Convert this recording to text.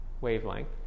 wavelength